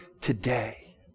today